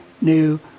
new